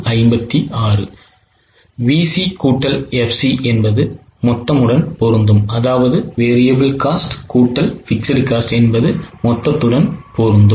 VC கூட்டல் FC என்பது மொத்தம் உடன் பொருந்தும்